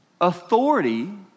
authority